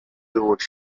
doors